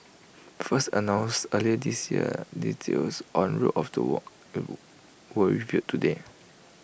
first announced earlier this year details on route of the walk were revealed today